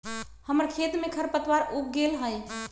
हमर खेत में खरपतवार उग गेल हई